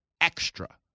extra